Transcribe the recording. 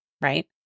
right